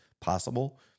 possible